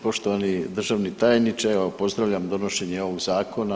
Poštovani državni tajniče, evo pozdravljam donošenje ovog zakona.